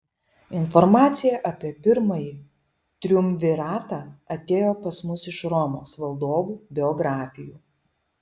informacija apie pirmąjį triumviratą atėjo pas mus iš romos valdovų biografijų